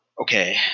okay